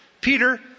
Peter